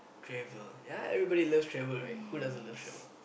travel ya everybody loves travel right who doesn't love travel